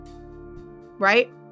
right